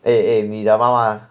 eh 你的妈妈